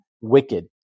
wicked